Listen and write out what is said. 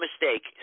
mistake